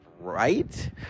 right